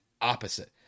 opposite